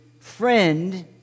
Friend